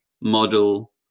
model